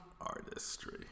artistry